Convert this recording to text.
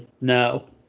No